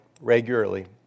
regularly